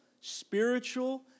spiritual